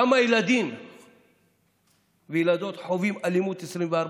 כמה ילדים וילדות חווים אלימות 24/7?